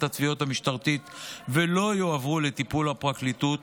התביעות המשטרתית ולא יועברו לטיפול הפרקליטות,